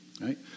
right